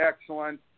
excellent